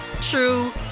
true